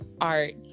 art